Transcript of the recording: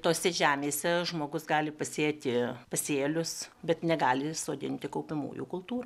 tose žemėse žmogus gali pasėti pasėlius bet negali sodinti kaupiamųjų kultūrų